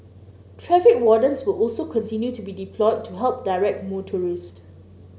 traffic wardens will also continue to be deployed to help direct motorists